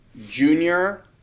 junior